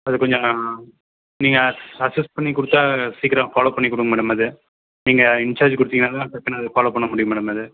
அது கொஞ்சம் நீங்கள் அக்சஸ் பண்ணி கொடுத்தா சீக்ரம் ஃபாலோவ் பண்ணிக்கொடுங்க மேடம் அது நீங்கள் இன்ச்சார்ஜ் கொடுத்தீங்கன்னாதான் அதை பார்த்து நான் ஃபாலோவ் பண்ண முடியும் மேடம் அது